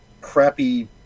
crappy